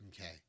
Okay